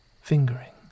Fingering